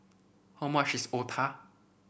how much is Otah